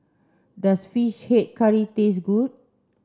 does fish head curry taste good